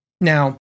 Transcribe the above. Now